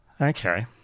Okay